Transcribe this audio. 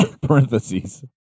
Parentheses